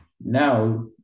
Now